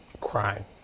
crime